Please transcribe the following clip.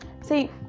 See